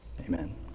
Amen